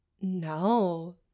No